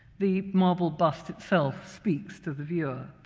the marble bust itself speaks to the viewer,